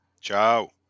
Ciao